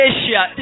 Asia